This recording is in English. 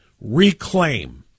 Reclaim